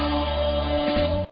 oh